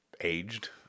aged